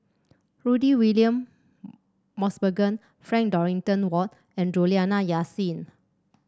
Rudy William Mosbergen Frank Dorrington Ward and Juliana Yasin